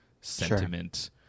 sentiment